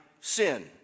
sin